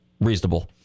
reasonable